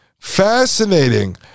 fascinating